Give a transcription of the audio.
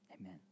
Amen